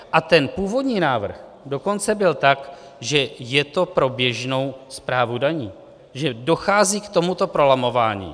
A ten původní návrh dokonce byl tak, že je to pro běžnou správu daní, že dochází k tomuto prolamování.